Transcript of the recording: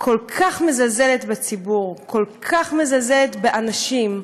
כל כך מזלזלת בציבור, כל כך מזלזלת באנשים,